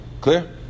Clear